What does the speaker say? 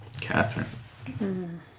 Catherine